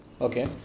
Okay